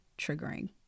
triggering